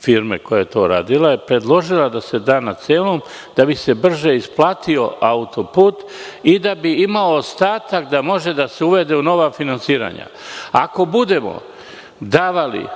firme koja je to radila je predložila da se da na celom da bi se brže isplatio autoput i da bi imao ostatak da može da se uvede u nova finansiranja. Ako budemo davali